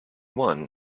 one